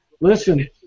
Listen